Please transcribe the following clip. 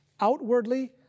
Outwardly